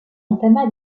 entama